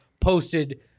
posted